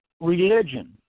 religion